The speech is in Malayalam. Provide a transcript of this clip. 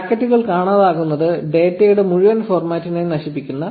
ബ്രാക്കറ്റുകൾ കാണാതാകുന്നത് ഡാറ്റയുടെ മുഴുവൻ ഫോർമാറ്റിനെയും നശിപ്പിക്കുന്നു